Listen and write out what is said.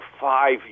five